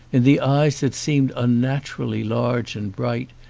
in the eyes that seemed unnaturally large and bright,